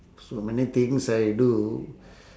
so many things I do